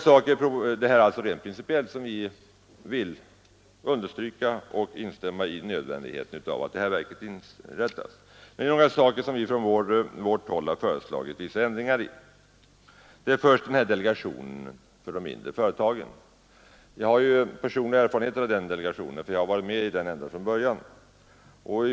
Vi vill alltså understryka nödvändigheten av att industriverket inrättas. Några saker har vi emellertid från vårt håll föreslagit vissa ändringar i. Det gäller först delegationen för de mindre och medelstora företagen. Jag har personlig erfarenhet av den delegationen, eftersom jag har varit med i den ända från början.